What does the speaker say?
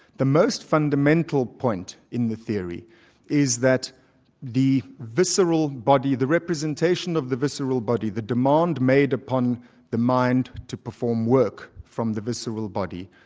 the most fundamental point in the theory is that the visceral body, the representation of the visceral body, the demand made upon the mind to perform work from the visceral body,